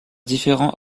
différents